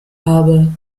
habe